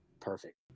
perfect